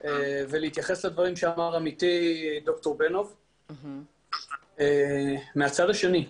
ולהתייחס לדברים שאמר עמיתי ד"ר בנוב מהצד השני.